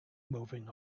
moving